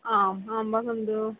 आम् आम् वदन्तु